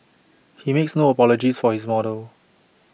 he makes no apologies for his model